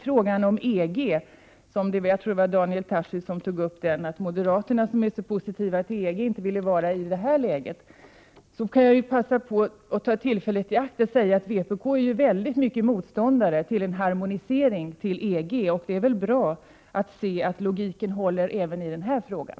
Jag tror det var Daniel Tarschys som tog upp frågan om EG -- att moderaterna, som annars är så positiva till EG, inte ville vara det i det här läget. Jag vill ta tillfället i akt och säga att vpk nu i hög grad är motståndare till en harmonisering till EG. Det är väl bra att se att logiken håller även i den här frågan.